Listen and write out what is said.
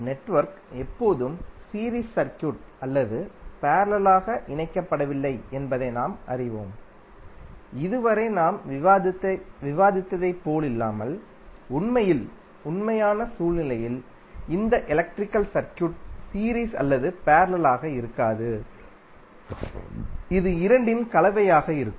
network எப்போதும் series circuit அல்லது பேரலலாக இணைக்கப்படவில்லை என்பதை நாம் அறிவோம் இதுவரை நாம் விவாதித்ததைப் போலல்லாமல் உண்மையில் உண்மையான சூழ்நிலையில் இந்த எலக்ட்ரிக்கல் சர்க்யூட் சீரீஸ் அல்லது பேரலலாக இருக்காது இது இரண்டின் கலவையாக இருக்கும்